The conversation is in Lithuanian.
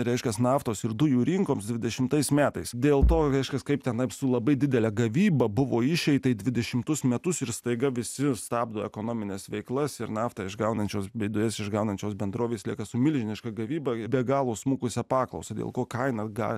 reiškiasi naftos ir dujų rinkoms dvidešimtais metais dėl to viskas kaip tenai su labai didele gavyba buvo išeitai dvidešimtus metus ir staiga visi stabdo ekonomines veiklas ir naftą išgaunančios bei dujas išgaunančios bendrovės lieka su milžiniška gavybą be galo smukusią paklausą dėl ko kaina gali